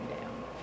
down